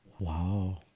Wow